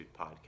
podcast